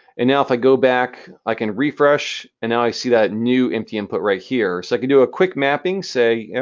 and now if i go back, i can refresh, and now i see that new empty input right here. so i can do quick mapping, say, yeah